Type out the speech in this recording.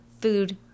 food